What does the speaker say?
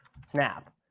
snap